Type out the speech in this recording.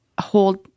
hold